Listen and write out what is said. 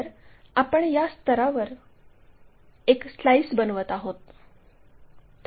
जर आपण या स्तरावर एक स्लाइस बनवत आहोत